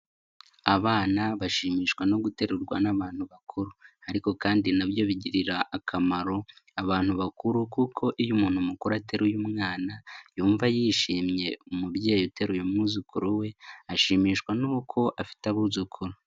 Abana bashimishwa no guterurwa n'abantu bakuru ariko kandi nabyo bigirira akamaro abantu bakuru kuko iyo umuntu mukuru ateruye umwana yumva yishimye. Umubyeyi uteruye umwuzukuru we ashimishwa n'uko afite abuzukuru.